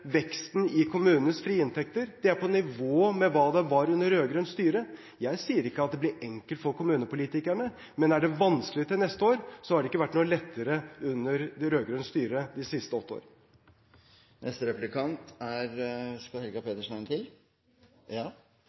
veksten i kommunenes frie inntekter er på nivå med hva de var under rød-grønt styre. Jeg sier ikke at det blir enkelt for kommunepolitikerne, men er det vanskelig til neste år, har det ikke vært noe lettere under rød-grønt styre de siste åtte år. Jeg legger merke til